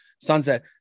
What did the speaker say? Sunset